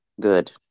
good